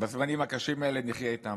בזמנים הקשים האלה, נחיה איתם.